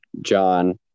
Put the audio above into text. John